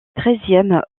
treizième